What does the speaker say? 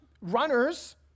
runners